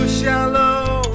shallow